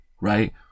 right